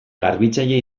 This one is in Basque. garbitzaile